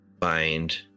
Find